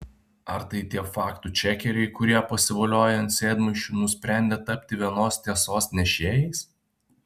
ar tai tie faktų čekeriai kurie pasivolioję ant sėdmaišių nusprendė tapti vienos tiesos nešėjais